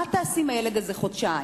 מה תעשי עם הילד הזה חודשיים?